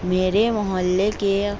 میرے محلے کے